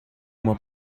uma